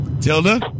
Tilda